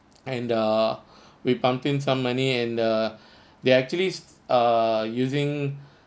and err we pumped in some money and uh they actually err using